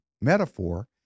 metaphor